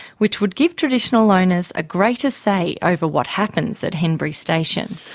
which would give traditional owners a greater say over what happens at henbury station.